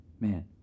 man